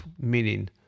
meaning